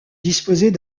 disposait